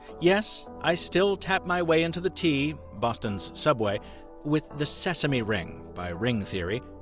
yes, i still tap my way into the t, boston's subway with the sesame ring by ring theory.